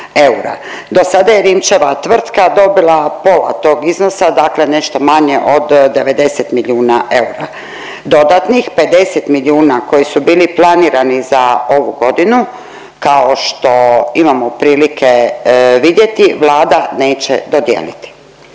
Do sada je Rimčeva tvrtka dobila pola tog iznosa dakle nešto manje od 90 milijuna eura. Dodatnih 50 milijuna koji su bili planirani za ovu godinu kao što imamo prilike vidjeti, Vlada neće dodijeliti.